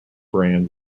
brand